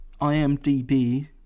IMDB